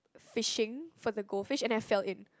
fishing for the gold fish and I fell in